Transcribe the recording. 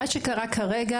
מה שקרה כרגע,